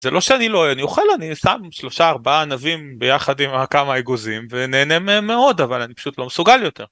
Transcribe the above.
זה לא שאני לא, אני אוכל, אני שם שלושה ארבעה ענבים ביחד עם כמה אגוזים ונהנה מהם מאוד, אבל אני פשוט לא מסוגל יותר.